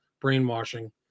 brainwashing